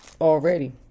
already